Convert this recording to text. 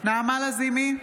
נעמה לזימי,